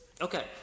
Okay